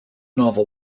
novel